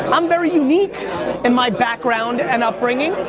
i'm very unique in my background and upbringing.